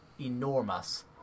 enormous